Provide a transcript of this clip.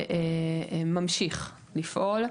שממשיך לפעול.